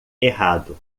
errado